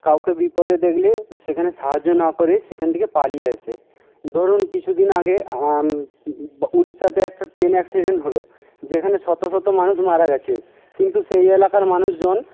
কাউকে বিপদে দেখলে সেখানে সাহায্য না করে সেখান থেকে পালিয়ে আসে ধরুন কিছুদিন আগে উড়িষ্যাতে একটা ট্রেন অ্যাক্সিডেন্ট হল যেখানে শত শত মানুষ মারা গেছে কিন্তু সেই এলাকার মানুষজন